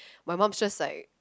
my mum's just like